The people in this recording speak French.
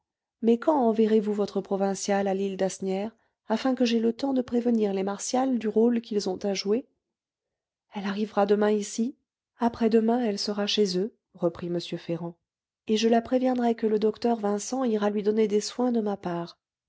mais quand enverrez vous votre provinciale à l'île d'asnières afin que j'aie le temps de prévenir les martial du rôle qu'ils ont à jouer elle arrivera demain ici après-demain elle sera chez eux reprit m ferrand et je la préviendrai que le docteur vincent ira lui donner des soins de ma part